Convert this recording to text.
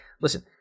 Listen